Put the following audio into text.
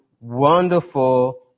wonderful